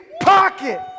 pocket